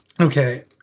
Okay